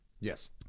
yes